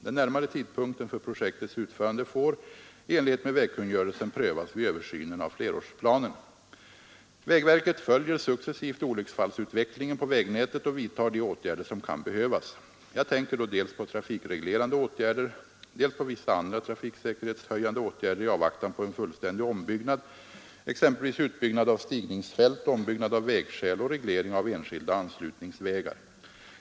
Den närmare tidpunkten för projektets utförande får, i enlighet med vägkungörelsen, prövas vid översynen av flerårsplanen. Vägverket följer successivt olycksfallsutvecklingen på vägnätet och vidtar de åtgärder som kan behövas. Jag tänker då dels på trafikregleran de åtgärder, dels på vissa andra trafiksäkerhetshöjande åtgärder i avvaktan på en fullständig ombyggnad, exempelvis utbyggnad av stigningsfält, ombyggnad av vägskäl och reglering av enskilda anslutningsvägar.